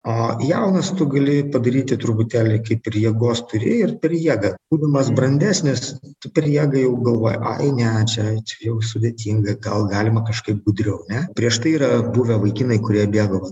o jaunas tu gali padaryti truputėlį kaip ir jėgos turi ir per jėgą būdamas brandesnis tu per jėgą jau galvoji ai ne čia čia jau sudėtinga gal galima kažkaip gudriau ne prieš tai yra buvę vaikinai kurie bėgo